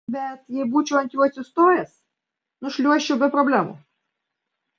bet jei būčiau ant jų atsistojęs nušliuožčiau be problemų